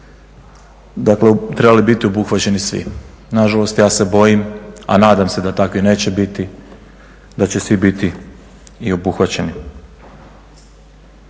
dakle trebali biti obuhvaćeni svi. Nažalost ja se bojim a nadam se da takvi neće biti, da će svi biti i obuhvaćeni.